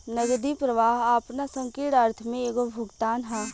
नगदी प्रवाह आपना संकीर्ण अर्थ में एगो भुगतान ह